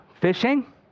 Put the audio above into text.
fishing